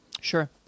Sure